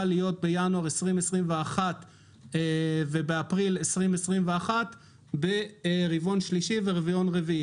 להיות בינואר 2021 ובאפריל 2021 שתהיה ברבעון השלישי והרביעי.